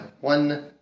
one